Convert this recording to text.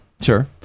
Sure